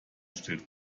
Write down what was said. stellt